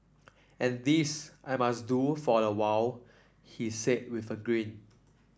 and this I might do for a while he says with a grin